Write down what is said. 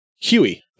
huey